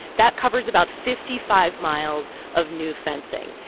that covers about fifty five miles of new fencing.